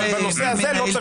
אבל בנושא הזה לא צריך להתווכח.